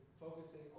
focusing